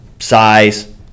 Size